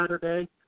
Saturday